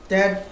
Dad